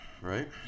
right